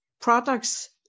products